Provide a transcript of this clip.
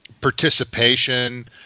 participation